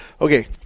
Okay